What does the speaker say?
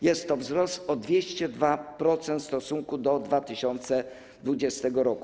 Jest to wzrost o 202% w stosunku do 2020 r.